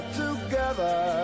together